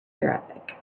arabic